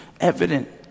evident